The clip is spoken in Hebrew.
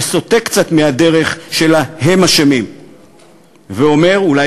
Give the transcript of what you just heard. שסוטה קצת מהדרך של ה"הם אשמים"; ואומר: אולי